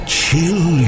chill